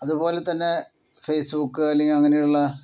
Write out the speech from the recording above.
അതുപോലെതന്നെ ഫെയ്സ്ബുക്ക് അല്ലെങ്കിൽ അങ്ങനെയുള്ള